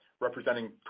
representing